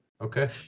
Okay